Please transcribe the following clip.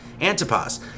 Antipas